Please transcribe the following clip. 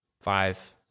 five